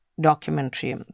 documentary